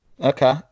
okay